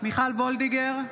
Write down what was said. מיכל מרים וולדיגר,